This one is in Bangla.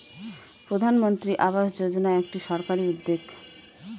প্রধানমন্ত্রী আবাস যোজনা একটি সরকারি উদ্যোগ